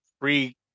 free